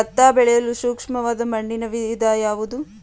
ಭತ್ತ ಬೆಳೆಯಲು ಸೂಕ್ತವಾದ ಮಣ್ಣಿನ ವಿಧ ಯಾವುದು?